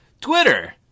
Twitter